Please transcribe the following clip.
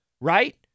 right